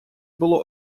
було